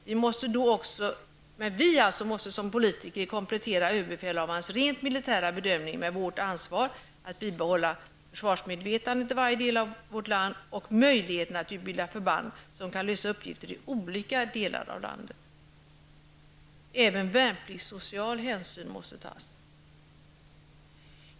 Vi som politiker måste alltså komplettera överbefälshavarens rent militära bedömning med vårt ansvar att bibehålla försvarsmedvetandet i varje del av vårt land och möjligheten att utbilda förband som kan lösa uppgifter i olika delar av landet. Även värnpliktssociala hänsyn måste tas.